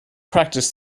practice